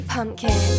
Pumpkin